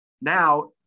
now